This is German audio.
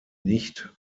nicht